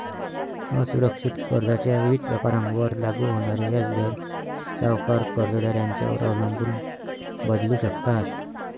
असुरक्षित कर्जाच्या विविध प्रकारांवर लागू होणारे व्याजदर सावकार, कर्जदार यांच्यावर अवलंबून बदलू शकतात